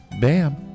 Bam